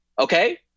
okay